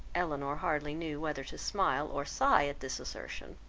elinor hardly knew whether to smile or sigh at this assertion.